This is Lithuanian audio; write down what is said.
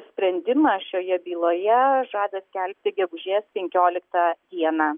sprendimą šioje byloje žada skelbti gegužės penkioliktą dieną